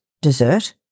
dessert